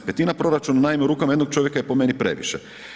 1/5 proračuna naime u rukama jednog čovjeka je po meni previše.